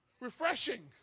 Refreshing